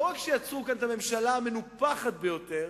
שלא רק שיצרו כאן את הממשלה המנופחת ביותר